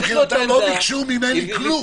הם מבחינתם לא ביקשו ממני כלום.